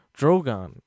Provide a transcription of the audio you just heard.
Drogon